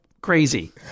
crazy